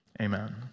Amen